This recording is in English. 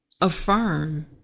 Affirm